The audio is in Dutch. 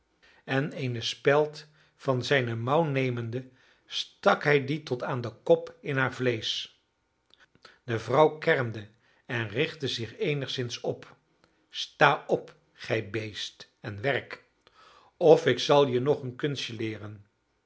en eene speld van zijne mouw nemende stak hij die tot aan den kop in haar vleesch de vrouw kermde en richtte zich eenigszins op sta op gij beest en werk of ik zal je nog een kunstje leeren